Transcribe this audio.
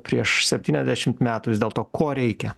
prieš septyniasdešimt metų vis dėlto ko reikia